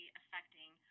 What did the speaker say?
affecting